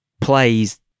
plays